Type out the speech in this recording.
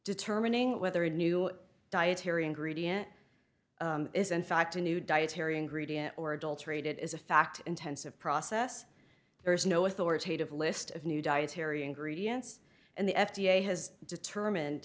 determining whether a new dietary ingredient is in fact a new dietary and greedy or adulterated is a fact intensive process there is no authoritative list of new dietary ingredients and the f d a has determined